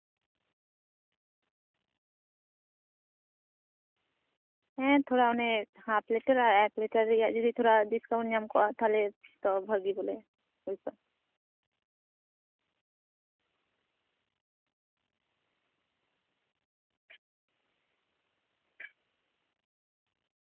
ᱦᱮᱸ ᱛᱷᱚᱲᱟ ᱚᱱᱮ ᱦᱟᱯ ᱞᱤᱴᱟᱨ ᱟᱨ ᱮᱠ ᱞᱤᱴᱟᱨ ᱨᱮᱭᱟᱜ ᱡᱩᱫᱤ ᱛᱷᱚᱲᱟ ᱰᱤᱥᱠᱟᱣᱩᱱᱴ ᱧᱟᱢ ᱠᱚᱜᱼᱟ ᱛᱟᱞᱦᱮ ᱛᱚ ᱵᱷᱟᱹᱜᱤ ᱵᱚᱞᱮ ᱦᱩᱭ ᱠᱟᱜᱼᱟ